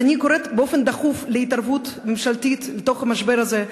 אני קוראת באופן דחוף להתערבות ממשלתית במשבר הזה.